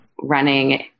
running